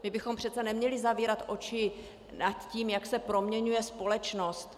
My bychom přece neměli zavírat oči před tím, jak se proměňuje společnost.